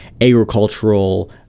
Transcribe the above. agricultural